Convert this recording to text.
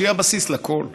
שהיא הבסיס לכול.